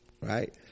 right